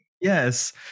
Yes